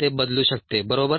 ते बदलू शकते बरोबर